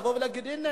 לבוא ולהגיד: הנה,